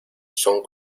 son